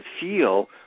feel